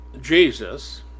Jesus